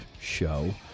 show